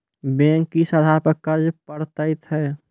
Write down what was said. Bank किस आधार पर कर्ज पड़तैत हैं?